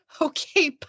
Okay